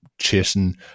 chasing